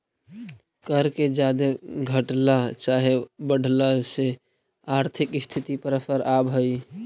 कर के जादे घटला चाहे बढ़ला से आर्थिक स्थिति पर असर आब हई